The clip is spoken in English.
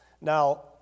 Now